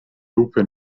lupe